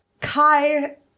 Kai